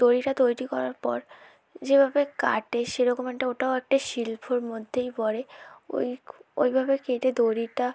দড়িটা তৈরি করার পর যেভাবে কাটে সেরকম একটা ওটাও একটা শিল্পর মধ্যেই পড়ে ওই ওই ভাবে কেটে দড়িটা